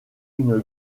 une